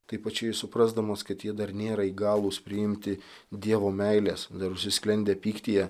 taip pačiai suprasdamas kad jie dar nėra įgalūs priimti dievo meilės dar užsisklendę pyktyje